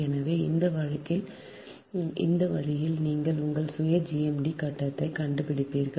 எனவே இந்த வழியில் நீங்கள் உங்கள் சுய ஜிஎம்டி கட்டத்தை கண்டுபிடிப்பீர்கள்